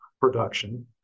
production